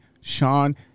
Sean